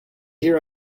hear